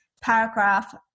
paragraph